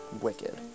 wicked